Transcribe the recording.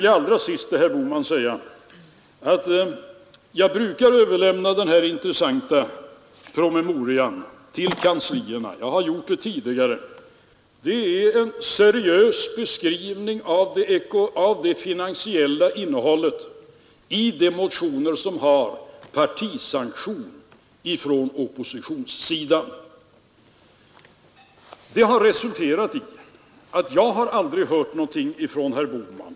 Jag brukar, herr Bohman, överlämna mitt intresssanta PM till kanslierna, det har jag gjort tidigare. Det utgör en seriös beskrivning av det finansiella innehållet i de motioner som har partisanktion från oppositionssidan. Det har aldrig resulterat i att jag har hört någonting från herr Bohman.